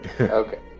okay